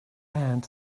hand